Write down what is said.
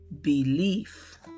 Belief